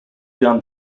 done